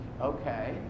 okay